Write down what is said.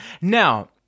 now